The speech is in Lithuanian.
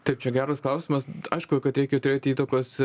taip čia geras klausimas aišku kad reikia turėti įtakos